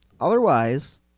Otherwise